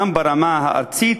גם ברמה הארצית